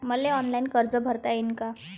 मले ऑनलाईन कर्ज भरता येईन का?